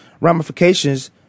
ramifications